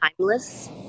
timeless